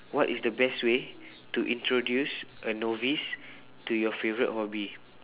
what is the best way to introduce a novice to your favourite hobby